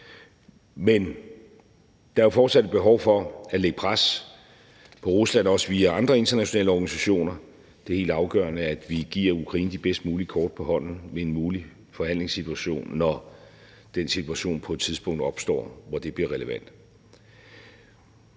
Men der er jo fortsat et behov for at lægge pres på Rusland, også via andre internationale organisationer. Det er helt afgørende, at vi giver Ukraine de bedst mulige kort på hånden ved en mulig forhandlingssituation, når den situation på et tidspunkt opstår, hvor det bliver relevant.